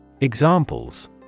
Examples